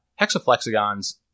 Hexaflexagons